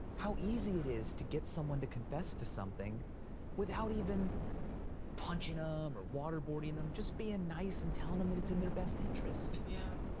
how easy it is to get someone to confess to something without even punching ah them or waterboarding them, just being nice and tell them that it's in their best interest. yeah.